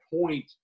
point